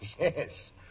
Yes